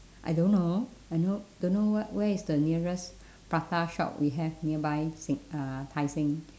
I don't know I know don't know what where is the nearest prata shop we have nearby se~ uh tai seng